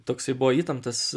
toksai buvo įtemptas